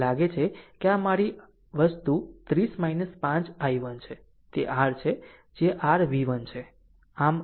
મને લાગે છે કે આ અમારી આ વસ્તુ 30 5 i1 છે તે r છે જે r v1 છે